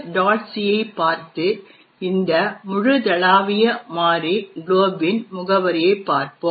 c ஐப் பார்த்து இந்த முழுதளாவிய மாறி glob இன் முகவரியைப் பார்ப்போம்